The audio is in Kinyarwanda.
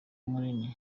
munini